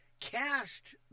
cast